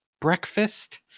breakfast